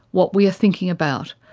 what we are thinking about,